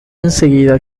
enseguida